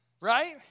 right